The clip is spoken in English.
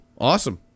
Awesome